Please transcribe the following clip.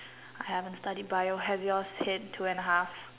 I haven't studied Bio have yours hit two and a half